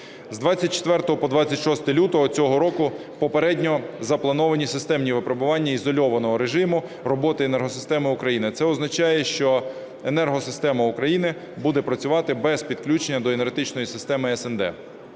З 24 по 26 лютого цього року попередньо заплановані системні випробування ізольованого режиму роботи енергосистеми України, а це означає, що енергосистема України буде працювати без підключення до енергетичної системи СНД.